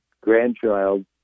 grandchild